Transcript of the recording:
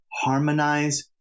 harmonize